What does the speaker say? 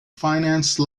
finance